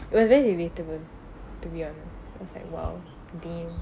it was very relatable to be honest I was like !wow! damn